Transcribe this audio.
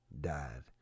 died